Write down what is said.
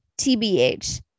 TBH